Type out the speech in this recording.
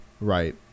right